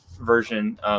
Version